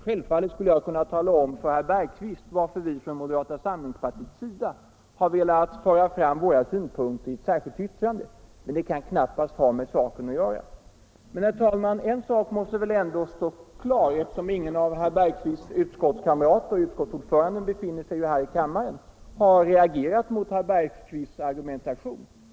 Självfallet skulle jag kunna tala om för herr Bergqvist varför vi från moderata samlingspartiet har velat föra fram våra synpunkter i ett särskilt yttrande. Men det kan knappast ha med saken att göra. En sak måste emellertid ändå stå klar, herr talman, eftersom ingen av herr Bergqvists partikamrater inom utskottet — utskottsordföranden befinner sig ju här i kammaren — har reagerat mot herr Bergqvists argumentation.